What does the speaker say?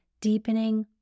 deepening